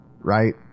Right